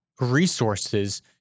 resources